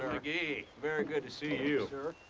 mcgee. very good to see you.